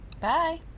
Bye